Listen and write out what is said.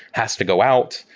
has to go out.